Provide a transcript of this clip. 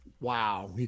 Wow